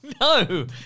No